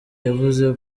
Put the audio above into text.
yavuze